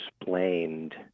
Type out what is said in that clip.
explained